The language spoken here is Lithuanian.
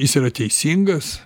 jis yra teisingas